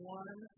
one